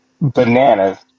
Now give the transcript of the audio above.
bananas